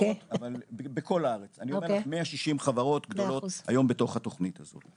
אבל זה בכל הארץ 160 חברות גדולות נמצאות היום בתוך התוכנית הזאת.